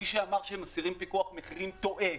מי שאמר שמסירים פיקוח מחירים טועה.